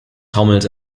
taumelt